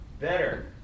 Better